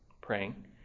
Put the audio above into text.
praying